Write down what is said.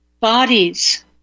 bodies